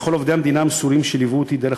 ולכל עובדי המדינה המסורים שליוו אותי בדרך